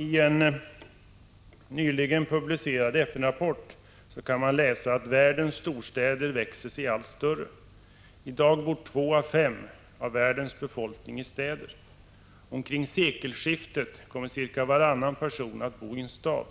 I en nyligen publicerad FN-rapport kan man läsa att världens storstäder växer sig allt större. I dag bor två av fem av världens människor i städer. Omkring sekelskiftet kommer cirka varannan person att bo i stad.